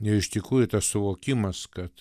ir iš tikrųjų tas suvokimas kad